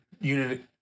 unit